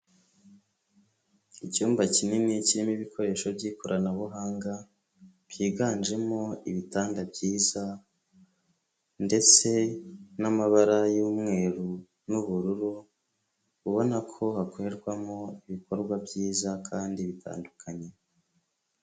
Icyumba kinini kirimo ibikoresho by'ikoranabuhanga byiganjemo ibitanda byiza ndetse n'amabara y'umweru n'ubururu, ubona ko hakorerwamo ibikorwa byiza kandi bitandukanye.